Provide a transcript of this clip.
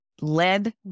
led